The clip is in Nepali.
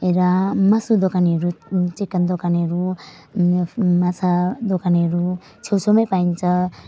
र मासु दोकानहरू चिकन दोकानहरू माछा दोकानहरू छेउछेउमै पाइन्छ